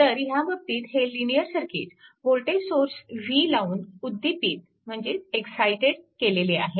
तर ह्या बाबतीत हे linear circuit voltage source v लावून उद्दीपित एक्सायटेड excited केलेले आहे